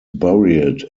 buried